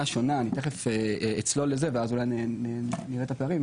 שונה אני תכף אצלול לזה ואז אולי נראה את הפערים.